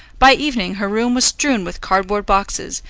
by evening her room was strewn with cardboard boxes,